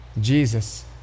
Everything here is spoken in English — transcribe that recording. Jesus